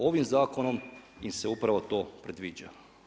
Ovim zakonom im se upravo to predviđa.